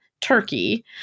Turkey